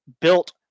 Built